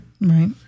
Right